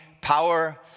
power